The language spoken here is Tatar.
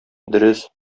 дөрес